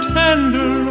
tender